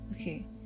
Okay